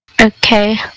Okay